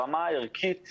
ברמה הערכית,